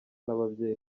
n’ababyeyi